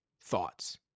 thoughts